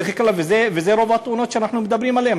ואלה רוב התאונות שאנחנו מדברים עליהן,